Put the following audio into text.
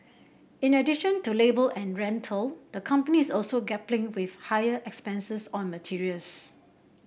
in addition to labour and rental the company is also grappling with higher expenses on materials